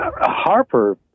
Harper